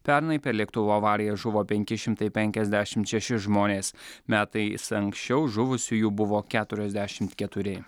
pernai per lėktuvų avariją žuvo penki šimtai penkiasdešimt šeši žmonės metais anksčiau žuvusiųjų buvo keturiasdešimt keturi